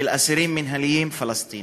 אסירים מינהליים פלסטינים,